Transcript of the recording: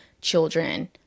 children